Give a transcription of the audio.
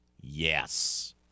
Yes